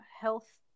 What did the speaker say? health